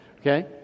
okay